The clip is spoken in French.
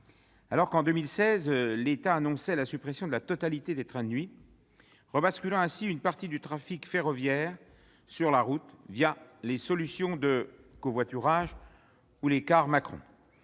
Alors qu'en 2016 l'État annonçait la suppression de la totalité des trains de nuit, rebasculant ainsi une partie du trafic ferroviaire sur la route les solutions de covoiturage ou les cars Macron,